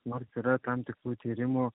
nors yra tam tikrų tyrimų